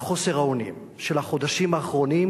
על חוסר האונים של החודשים האחרונים.